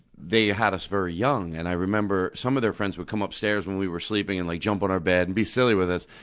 they had us very young, and i remember some of their friends would come upstairs when we were sleeping and, like, jump on our bed and be silly with us.